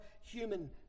human